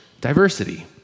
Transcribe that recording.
diversity